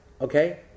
okay